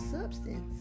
substance